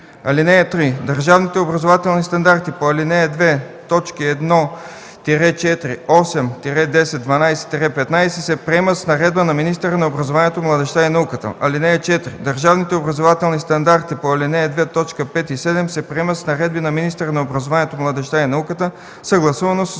(3) Държавните образователни стандарти по ал. 2, т. 1-4, 8-10, 12-15 се приемат с наредби на министъра на образованието, младежта и науката. (4) Държавните образователни стандарти по ал. 2, т. 5 и 7 се приема с наредби на министъра на образованието, младежта и науката съгласувано със